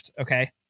okay